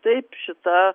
taip šita